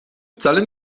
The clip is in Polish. wcale